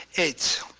eight,